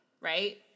right